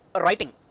writing